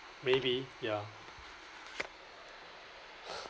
maybe ya